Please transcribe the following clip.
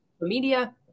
media